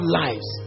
lives